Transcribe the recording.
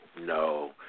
No